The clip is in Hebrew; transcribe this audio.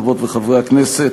חברות וחברי הכנסת,